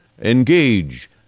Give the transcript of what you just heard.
engage